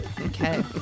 okay